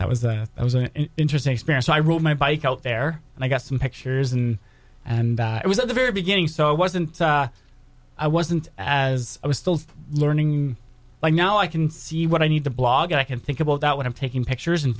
that was that it was an interesting experience so i rode my bike out there and i got some pictures in and it was at the very beginning so i wasn't i wasn't as i was still learning i know i can see what i need to blog i can think about what i'm taking pictures and